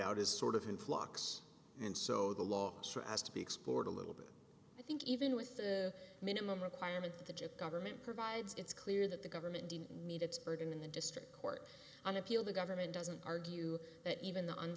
out is sort of in flux and so the laws are as to be explored a little bit i think even with the minimum requirement the chip government provides it's clear that the government didn't meet its burden in the district court on appeal the government doesn't argue that even the